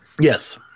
Yes